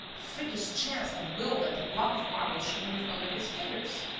freakish chance had willed that the block of marble should move under his fingers!